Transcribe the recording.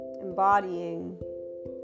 embodying